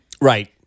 Right